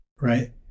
right